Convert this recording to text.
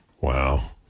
Wow